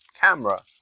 camera